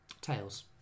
Tails